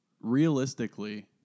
realistically